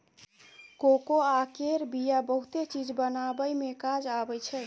cocoa केर बिया बहुते चीज बनाबइ मे काज आबइ छै